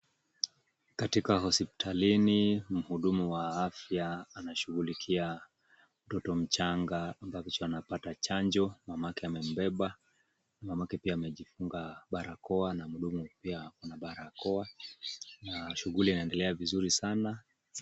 Katika hospitalini mhudumu wa afya anashughulikia mtoto mchanga kuhakikisha anapata chanjo mamake amembeba. Mamake pia amejifunga barakoa na mhudumu pia barakoa na shughuli inaendelea vizuri sana.